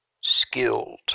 skilled